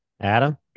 Adam